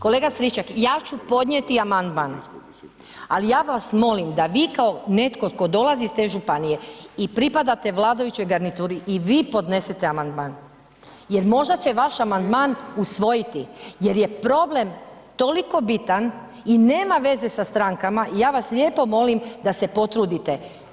Kolega Stričak, ja ću podnijeti amandman, ali ja vas molim da vi kao netko tko dolazi iz te županije i pripadate vladajućoj garnituri i vi podnesete amandman jer možda će vaš amandman usvojiti jer je problem toliko bitan i nema veze sa strankama, ja vas lijepo molim da se potrudite.